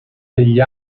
degli